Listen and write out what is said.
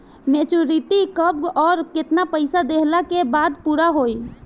Maturity कब आउर केतना पईसा देहला के बाद पूरा होई?